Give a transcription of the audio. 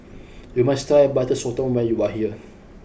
you must tie Butter Sotong when you are here